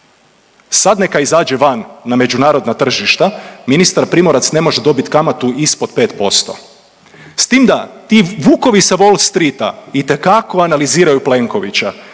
Sad neka izađe van na međunarodna tržišta ministar Primorac ne može dobiti kamatu ispod 5% s tim da ti vukovi sa Wall Streeta itekako analiziraju Plenkovića,